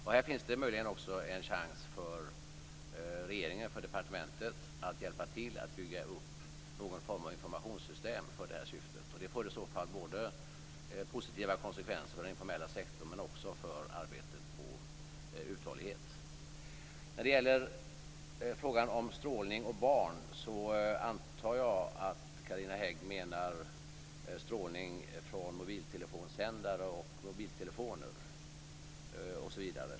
Det finns möjligen också en chans för departementet att hjälpa till med att bygga upp någon form av informationssystem för detta syfte. Det får i så fall positiva konsekvenser både för den informella sektorn och för arbetet på uthållighet. I frågan om strålning och barn antar jag att Carina Hägg tänker på strålning från mobiltelefonsändare, mobiltelefoner osv.